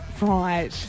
Right